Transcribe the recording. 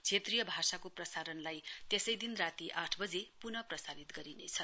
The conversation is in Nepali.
क्षेत्रीय भाषाको प्रसारणलाई त्यसैदिन राती आठ बजे पुनः प्रसारित गरिनेछ